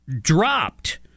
dropped